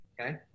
okay